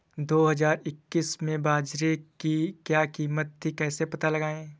दो हज़ार इक्कीस में बाजरे की क्या कीमत थी कैसे पता लगाएँ?